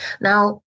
Now